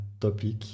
topic